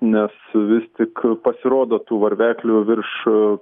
nes vis tik pasirodo tų varveklių virš